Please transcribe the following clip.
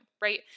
right